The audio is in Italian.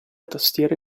tastiere